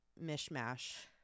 mishmash